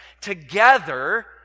together